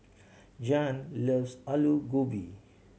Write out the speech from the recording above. Jann loves Alu Gobi